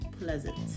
pleasant